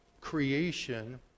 creation